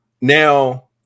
now